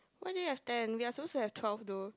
why do you have ten we are suppose to have twelve though